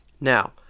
Now